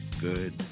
good